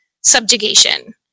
subjugation